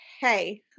hey